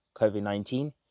COVID-19